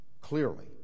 clearly